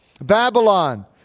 Babylon